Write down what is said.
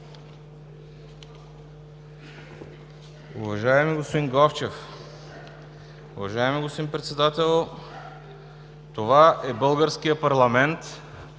Уважаеми господин Главчев, уважаеми господин Председател, това е българският парламент,